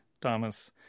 Thomas